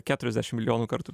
keturiasdešim milijonų kartų